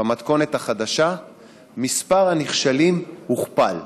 במתכונת החדשה מספר הנכשלים הוכפל: